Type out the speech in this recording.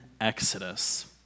Exodus